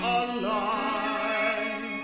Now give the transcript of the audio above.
alive